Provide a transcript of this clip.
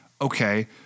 Okay